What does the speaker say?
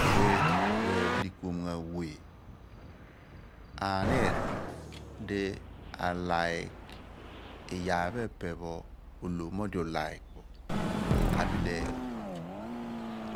di r'adiikuom ghan we, anir di a like iyaar pho epe pho olhom mo odi a like bo abile